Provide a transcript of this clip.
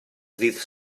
ddydd